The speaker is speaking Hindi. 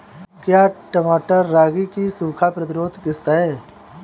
क्या मटर रागी की सूखा प्रतिरोध किश्त है?